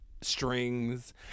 strings